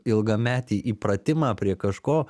ilgametį įpratimą prie kažko